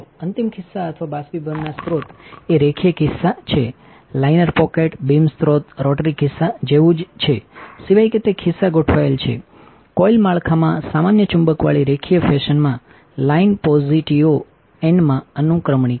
અંતિમ ખિસ્સા અથવા બાષ્પીભવનના સ્ત્રોત એ રેખીય ખિસ્સા છે લાઇનર પોકેટ બીમ સ્ત્રોત રોટરી ખિસ્સા જેવું જ છે સિવાય કે તે ખિસ્સા ગોઠવાયેલ છેકોઈલ માળખામાં સામાન્યચુંબકવાળીરેખીય ફેશનમાંલાઇન પોઝિટિઓએન માંઅનુક્રમણિકા છે